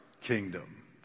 kingdom